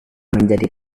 menjadi